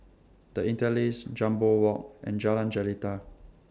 The Interlace Jambol Walk and Jalan Jelita